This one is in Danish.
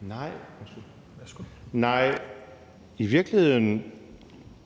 Kl. 16:46 Tredje